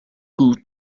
gut